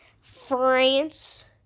France